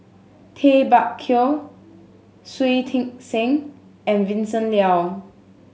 Tay Bak Koi Shui Tit Sing and Vincent Leow